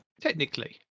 technically